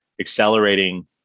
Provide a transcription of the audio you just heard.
accelerating